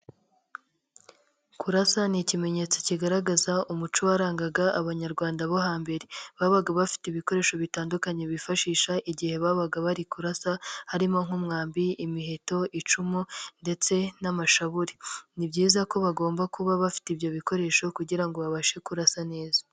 Kurasa ni ikimenyetso kigaragaza umuco warangaga abanyarwanda bo hambere. Babaga bafite ibikoresho bitandukanye bifashisha igihe babaga bari kurasa harimo nk'umwambi, imiheto, icumu ndetse n'amashabure. Ni byiza ko bagomba kuba bafite ibyo bikoresho kugira ngo babashe kurasa neza.